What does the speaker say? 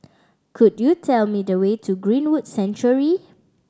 could you tell me the way to Greenwood Sanctuary